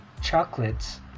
chocolates